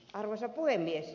arvoisa puhemies